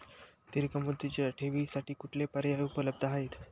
दीर्घ मुदतीच्या ठेवींसाठी कुठले पर्याय उपलब्ध आहेत?